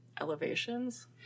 elevations